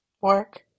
work